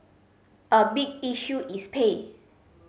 a big issue is pay